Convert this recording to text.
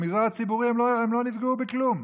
במגזר הציבורי הם לא נפגעו בכלום,